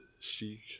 seek